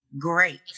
great